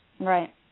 Right